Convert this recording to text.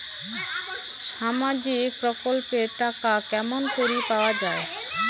সামাজিক প্রকল্পের টাকা কেমন করি পাওয়া যায়?